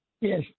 Yes